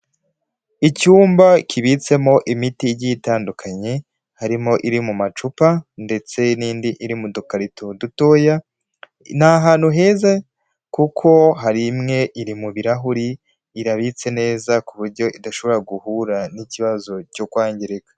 Icyumba kibitsemo imiti igiye itandukanye, harimo iri mu macupa ndetse n'indi iri mu dukarito dutoya, ni ahantu heza kuko hari imwe iri mu birarahuri, irabitse neza ku buryo idashobora guhura n'ikibazo cyo kwangirika.